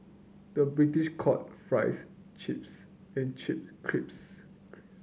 the British call fries chips and chips crips